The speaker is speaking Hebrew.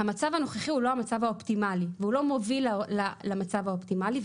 המצב הנוכחי הוא לא המצב האופטימלי והוא לא מוביל למצב האופטימלי,